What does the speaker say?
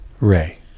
Ray